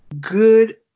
good